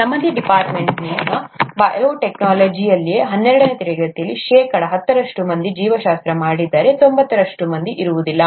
ನಮ್ಮದೇ department biotechnology ಅಲ್ಲಿಯೂ ಹನ್ನೆರಡನೇ ತರಗತಿಯಲ್ಲಿ ಶೇಕಡಾ ಹತ್ತರಷ್ಟು ಮಂದಿ ಜೀವಶಾಸ್ತ್ರ ಮಾಡಿದ್ದರೆ ತೊಂಬತ್ತರಷ್ಟು ಮಂದಿ ಇರುವುದಿಲ್ಲ